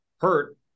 hurt